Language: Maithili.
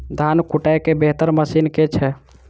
धान कुटय केँ बेहतर मशीन केँ छै?